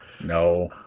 No